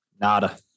Nada